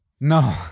No